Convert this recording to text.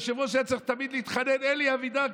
היושב-ראש היה צריך תמיד להתחנן: אלי אבידר,